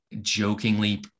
jokingly